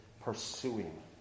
pursuing